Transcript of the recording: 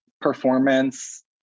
performance